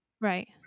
Right